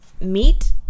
meat